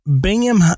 Bingham